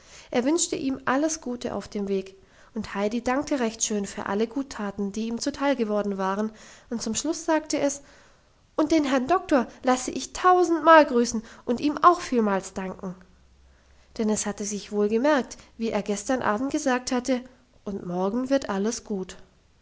er wünschte ihm alles gute auf den weg und heidi dankte recht schön für alle guttaten die ihm zuteil geworden waren und zum schluss sagte es und den herrn doktor lasse ich tausendmal grüßen und ihm auch vielmals danken denn es hatte sich wohl gemerkt wie er gestern abend gesagt hatte und morgen wird alles gut